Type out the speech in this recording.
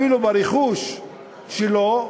אפילו ברכוש שלו,